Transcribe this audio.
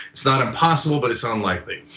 it's not impossible, but it's ah unlikely.